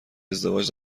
ازدواج